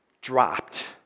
dropped